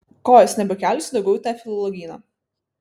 kojos nebekelsiu daugiau į tą filologyną